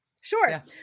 sure